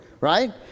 right